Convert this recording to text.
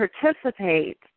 participate